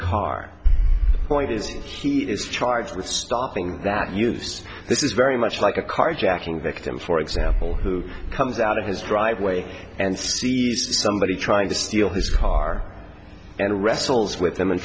car point is he is charged with stopping that use this is very much like a carjacking victim for example who comes out of his driveway and see somebody trying to steal his car and wrestles with him and